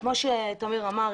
כמו שתמיר אמר,